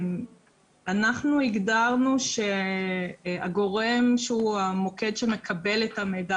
אנחנו הגדרנו שהגורם שהוא המוקד שמקבל את המידע